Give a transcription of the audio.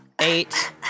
Eight